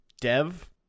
Dev